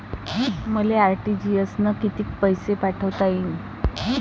मले आर.टी.जी.एस न कितीक पैसे पाठवता येईन?